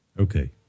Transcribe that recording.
Okay